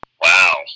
Wow